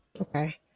Okay